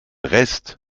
rest